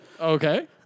Okay